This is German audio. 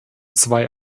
zwei